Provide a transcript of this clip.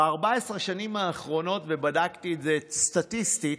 ב-14 השנים האחרונות, ובדקתי את זה סטטיסטית,